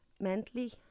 mentally